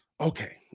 Okay